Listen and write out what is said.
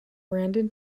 brandon